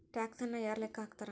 ಟ್ಯಾಕ್ಸನ್ನ ಯಾರ್ ಲೆಕ್ಕಾ ಹಾಕ್ತಾರ?